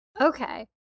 okay